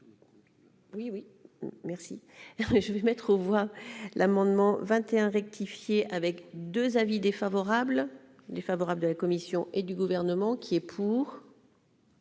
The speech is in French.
Oui, oui, merci, je vais mettre aux voix l'amendement 21 rectifié avec 2 avis défavorable, défavorable de la Commission et du gouvernement qui est pour.